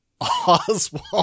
Oswald